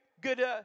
good